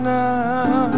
now